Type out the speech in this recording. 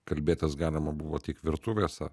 kalbėtis galima buvo tik virtuvėse